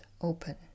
open